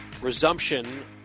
resumption